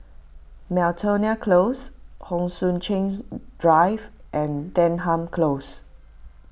Miltonia Close Hon Sui Drive and Denham Close